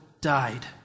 died